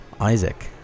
Isaac